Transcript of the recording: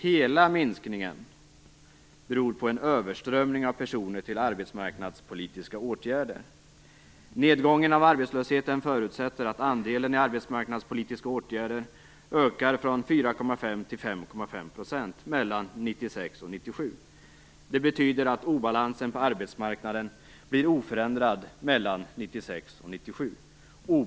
Hela minskningen beror på en överströmning av personer till arbetsmarknadspolitiska åtgärder. Nedgången av arbetslösheten förutsätter att andelen i arbetsmarknadspolitiska åtgärder ökar från 4,5 till 5,5 procent mellan 1996 och 1997. Det betyder att obalansen - på arbetsmarknaden blir oförändrad mellan 1996 och 1997.